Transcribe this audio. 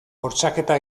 bortxaketa